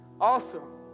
Awesome